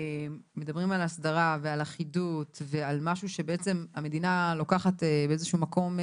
הסדרה ועל אחידות ועל משהו שבעצם המדינה לוקחת באיזשהו מקום,